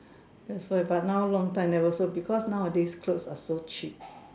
that's why but now long time never sew because nowadays clothes are so cheap